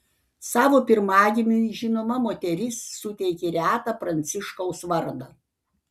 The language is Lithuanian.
savo pirmagimiui žinoma moteris suteikė retą pranciškaus vardą